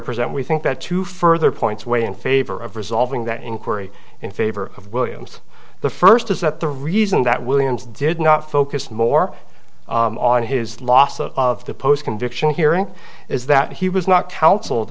present we think that two further points away in favor of resolving that inquiry in favor of williams the first is that the reason that williams did not focus more on his last of the post conviction hearing is that he was not coun